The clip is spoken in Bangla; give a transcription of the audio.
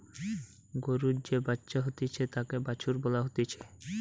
গরুর যে বাচ্চা হতিছে তাকে বাছুর বলা হতিছে